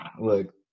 Look